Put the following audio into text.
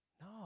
No